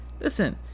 listen